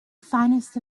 finest